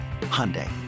Hyundai